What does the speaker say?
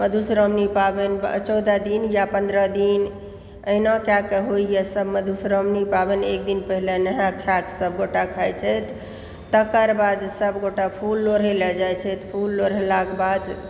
मधुश्रावणी पाबनि चौदह दिन या पन्द्रह दिन एहिना कए कऽ होइया सब मधुश्रावणी पाबनि एक दिन पहिने नहाय खाय सब गोटा खाइ छथि तकर बाद सब गोटा फुल लोढ़य लए जाइ छथि फुल लोढ़लाके बाद